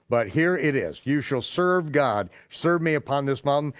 but here it is, you shall serve god, serve me upon this mountain,